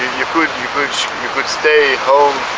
you could, you could, so you could stay at home,